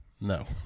No